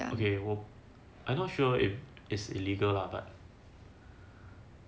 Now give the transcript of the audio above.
okay I'm not sure if it's illegal lah but